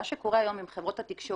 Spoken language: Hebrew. מה שקורה היום עם חברות התקשורת,